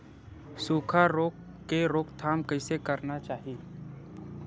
सुखा रोग के रोकथाम कइसे करना चाही?